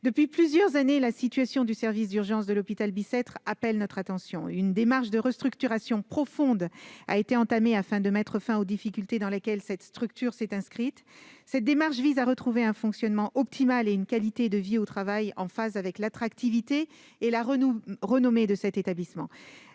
Depuis plusieurs années, la situation du service des urgences de l'hôpital Bicêtre appelle notre attention. Une démarche de restructuration profonde a été entamée afin de mettre fin aux difficultés de cette structure. Cette démarche vise à retrouver un fonctionnement optimal et une qualité de vie au travail en phase avec l'attractivité et la renommée de l'établissement.